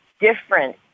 different